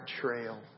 trail